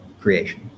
creation